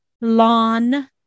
lawn